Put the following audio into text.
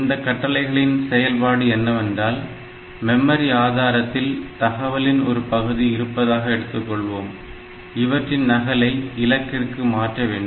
இந்த கட்டளைகளின் செயல்பாடு என்னவென்றால் மெமரி ஆதாரத்தில் தகவல்களின் ஒரு பகுதி இருப்பதாக எடுத்துக்கொள்வோம் இவற்றின் நகலை இலக்கிற்கு மாற்ற வேண்டும்